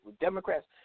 Democrats